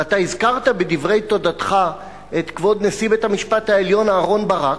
ואתה הזכרת בדברי תודתך את כבוד נשיא בית-המשפט העליון אהרן ברק,